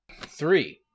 Three